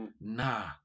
nah